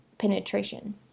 Penetration